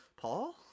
Paul